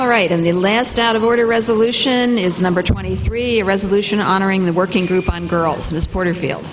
all right and the last out of order resolution is number twenty three year resolution honoring the working group on girls miss porterfield